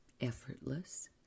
effortless